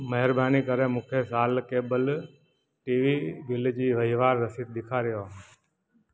महिरबानी करे मूंखे साल केबल टीवी जे बिल जी वहिंवार रसीद ॾेखारियो